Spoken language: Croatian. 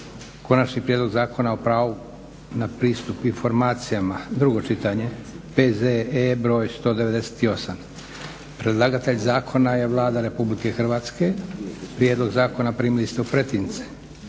Konačni prijedlog Zakona o pravu na pristup informacijama, drugo čitanje, P.Z.E. br. 198; Predlagatelj zakona je Vlada Republike Hrvatske. Prijedlog zakona primili ste u pretince.